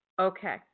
Okay